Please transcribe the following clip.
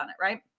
right